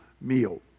meal